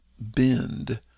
bend